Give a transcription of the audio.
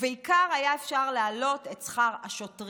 ובעיקר היה אפשר להעלות את שכר השוטרים.